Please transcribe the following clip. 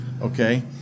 okay